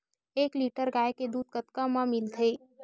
एक लीटर गाय के दुध कतका म मिलथे?